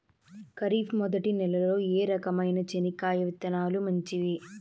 ఖరీఫ్ మొదటి నెల లో ఏ రకమైన చెనక్కాయ విత్తనాలు మంచివి